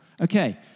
Okay